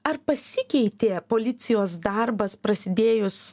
ar pasikeitė policijos darbas prasidėjus